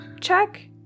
check